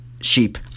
sheep